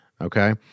okay